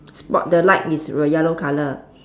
but the light is yellow colour